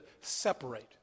separate